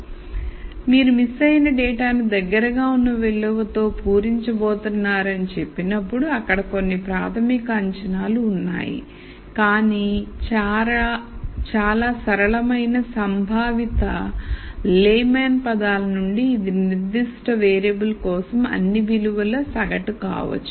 కాబట్టి మీరు మిస్ అయిన డేటాను దగ్గరగా ఉన్న విలువతో పూరించబోతున్నారని చెప్పినప్పుడు అక్కడ కొన్ని ప్రాథమిక అంచనాలు ఉన్నాయి కానీ చాలా సరళమైన సంభావిత లేమాన్ పదాల నుండి ఇది నిర్దిష్ట వేరియబుల్ కోసం అన్ని విలువల సగటు కావచ్చు